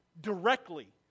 Directly